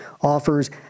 offers